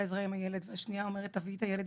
עזרה עם הילדים והשנייה אומרת לה "..תביאי את הילד,